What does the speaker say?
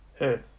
Earth